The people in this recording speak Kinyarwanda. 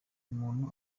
umuntu